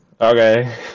okay